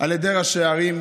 על ידי ראשי ערים,